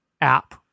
app